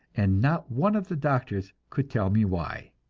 and not one of the doctors could tell me why.